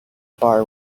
bar